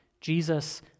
Jesus